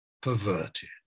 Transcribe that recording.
perverted